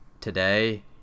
today